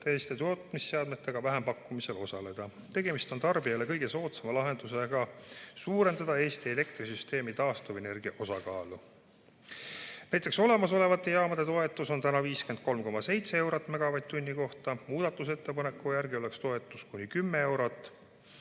teiste tootmisseadmetega vähempakkumisel osaleda. Tegemist on tarbijale kõige soodsama lahendusega suurendada Eesti elektrisüsteemis taastuvenergia osakaalu. Näiteks olemasolevate jaamade toetus on täna 53,7 eurot/MWh, muudatusettepaneku järgi oleks toetus kuni 10 eurot